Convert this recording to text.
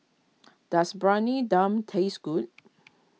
does Dum taste good